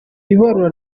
ibarura